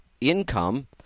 income